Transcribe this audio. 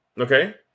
Okay